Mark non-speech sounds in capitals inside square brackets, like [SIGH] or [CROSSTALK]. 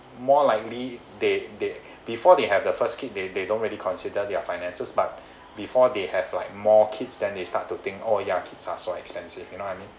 more likely they they before they have the first kid they they don't really consider their finances but [BREATH] before they have like more kids then they start to think oh ya kids are so expensive you know I mean